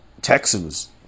Texans